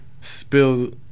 spills